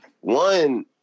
one